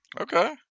Okay